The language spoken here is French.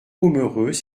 pomereux